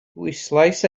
bwyslais